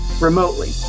remotely